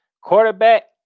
Quarterback